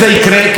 ראש הממשלה,